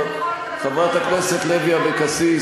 אתה יכול להתכחש לכל מה, חברת הכנסת לוי אבקסיס,